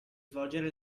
svolgere